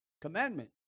commandment